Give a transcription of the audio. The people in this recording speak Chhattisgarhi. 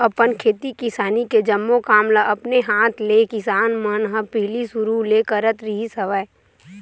अपन खेती किसानी के जम्मो काम ल अपने हात ले किसान मन ह पहिली सुरु ले करत रिहिस हवय